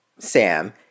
Sam